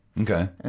Okay